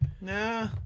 Nah